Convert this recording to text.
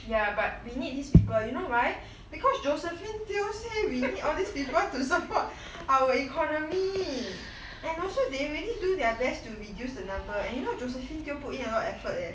ya but we need these people you know why because josephine teo say we need all these people to support our economy and also they already do their best to reduce the number and you know josephine teo put in a lot of effort eh